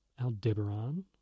Aldebaran